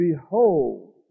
behold